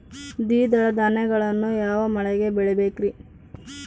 ದ್ವಿದಳ ಧಾನ್ಯಗಳನ್ನು ಯಾವ ಮಳೆಗೆ ಬೆಳಿಬೇಕ್ರಿ?